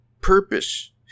purpose